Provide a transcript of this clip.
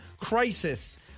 crisis